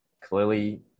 clearly